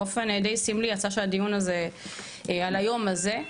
באופן די סמלי יצא שהדיון על היום הזה,